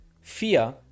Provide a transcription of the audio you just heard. fear